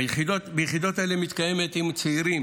ביחידות האלה מתקיימת פעילות עם צעירים